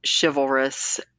chivalrous